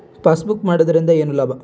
Passbook ಮಾಡುದರಿಂದ ಏನು ಲಾಭ?